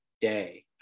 day